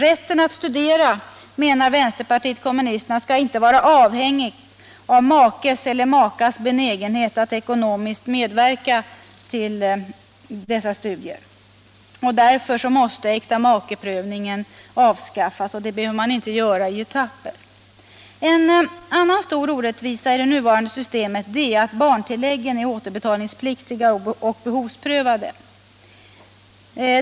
Vänsterpartiet kommunisterna menar att rätten att studera inte skall vara avhängig av makes eller makas benägenhet att ekonomiskt medverka till dessa studier. Därför måste äktamakeprövningen avskaffas, och det behöver man inte göra i etapper. En annan stor orättvisa i det nuvarande systemet är att barntilläggen är återbetalningspliktiga och behovsprövade.